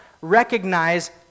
recognize